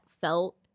felt